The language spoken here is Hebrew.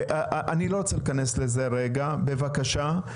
אני לא רוצה להיכנס לזה רגע, בבקשה.